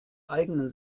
eigenen